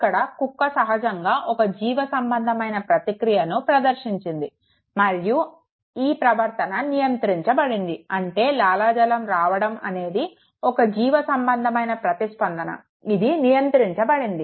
ఇక్కడ కుక్క సహజంగా ఒక జీవసంబంధమైన ప్రతిక్రియను ప్రదర్శించింది మరియు ఈ ప్రవర్తన నియంత్రించబడింది అంటే లాలాజలం రావడం అనేది ఒక జీవసంబంధమైన ప్రతిస్పందన ఇది నియంత్రించబడింది